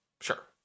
Sure